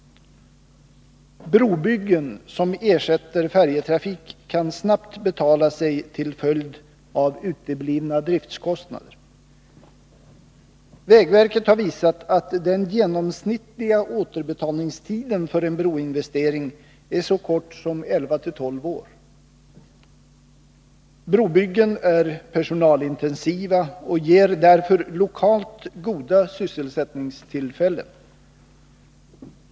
Brobyggen som ersätter färjetrafik kan snabbt betala sig, till följd av uteblivna driftkostnader. Vägverket har visat att den genomsnittliga återbetalningstiden för en broinvestering är så kort som 11-12 år. Brobyggen är personalintensiva och ger därför lokalt goda sysselsättningstillfällen.